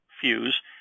fuse